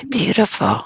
beautiful